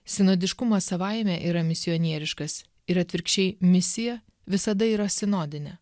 sinodiškumas savaime yra misionieriškas ir atvirkščiai misija visada yra sinodinė